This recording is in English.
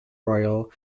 royal